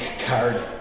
card